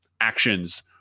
actions